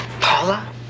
Paula